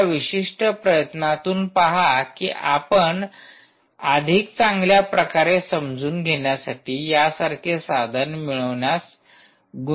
या विशिष्ट प्रयत्नातून पहा की आपण अधिक चांगल्या प्रकारे समजून घेण्यासाठी यासारखे साधन मिळविण्यास गुंतवणूक करू शकता का